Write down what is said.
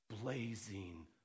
Blazing